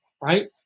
right